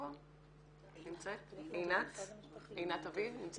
נמצאת כאן עינת אביב?